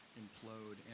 implode